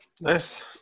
Nice